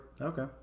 Okay